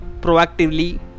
proactively